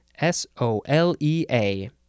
S-O-L-E-A